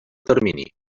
termini